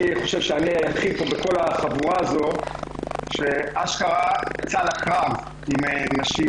אני היחיד בכל החבורה הזאת שאשכרה יצא לקרב עם נשים.